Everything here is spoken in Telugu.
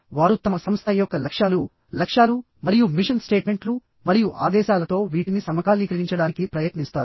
వారు తమ సంస్థ యొక్క లక్ష్యాలు లక్ష్యాలు మరియు మిషన్ స్టేట్మెంట్లు మరియు ఆదేశాలతో వీటిని సమకాలీకరించడానికి ప్రయత్నిస్తారు